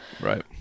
right